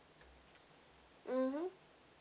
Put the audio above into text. mmhmm